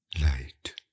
light